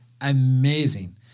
amazing